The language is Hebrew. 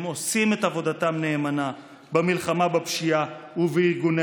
הם עושים את עבודתם נאמנה במלחמה בפשיעה ובארגוני